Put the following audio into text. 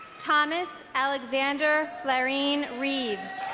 thomas alexander fleurine reeves